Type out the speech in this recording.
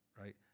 right